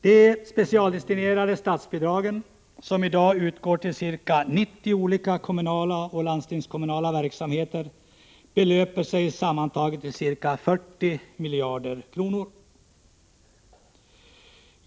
De specialdestinerade statsbidragen, som i dag utgår till ca 90 olika kommunala och landstingskommunala verksamheter, belöper sig sammantaget till ca 40 miljarder kronor.